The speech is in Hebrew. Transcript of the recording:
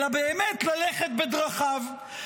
אלא באמת ללכת בדרכיו.